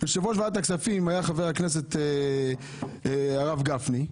יושב-ראש ועדת הכספים היה חבר הכנסת הרב גפני.